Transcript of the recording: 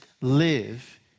live